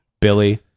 Billy